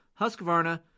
Husqvarna